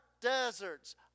deserts